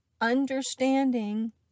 understanding